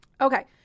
Okay